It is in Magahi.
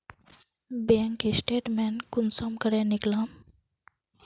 बैंक स्टेटमेंट कुंसम करे निकलाम?